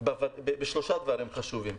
בשלושה דברים חשובים,